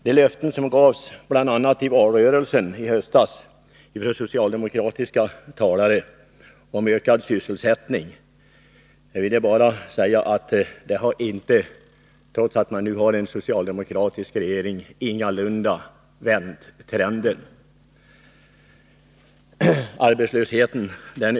De löften som gavs i höstas, bl.a. i valrörelsen, av socialdemokratiska talare om ökad sysselsättning har, trots att vi nu har en socialdemokratisk regering, ingalunda vänt trenden. Arbetslösheten ökar.